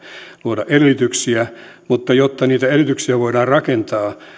luo edellytyksiä mutta jotta niitä edellytyksiä voidaan rakentaa niin